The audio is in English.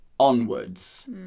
onwards